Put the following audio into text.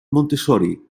montessori